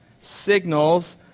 signals